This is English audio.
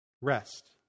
Rest